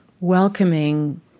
welcoming